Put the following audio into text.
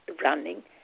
running